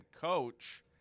coach